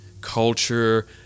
culture